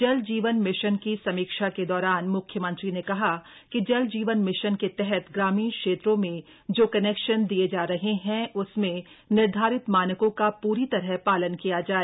जल जीवन मिशन की समीक्षा के दौरान म्ख्यमंत्री ने कहा कि जल जीवन मिशन के तहत ग्रामीण क्षेत्रों में जो कनेक्शन दिये जा रहे हैं उसमें निर्धारित मानकों का पूरी तरह पालन किया जाए